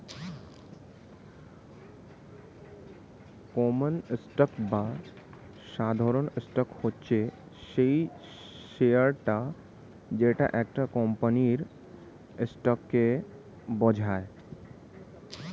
common stock বা সাধারণ stock হচ্ছে সেই শেয়ারটা যেটা একটা কোম্পানির স্টককে বোঝায়